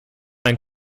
ein